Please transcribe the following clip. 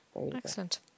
excellent